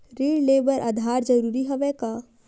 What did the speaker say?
ऋण ले बर आधार जरूरी हवय का?